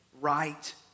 right